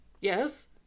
Yes